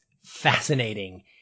fascinating